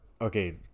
okay